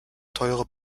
teure